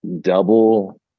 double